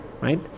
right